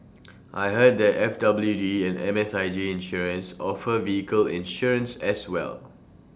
I heard that F W D and M S I G insurance offer vehicle insurance as well